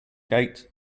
gate